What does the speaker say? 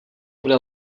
bude